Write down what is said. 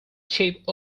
chap